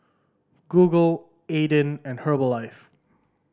Google Aden and Herbalife